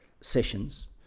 sessions